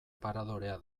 paradorea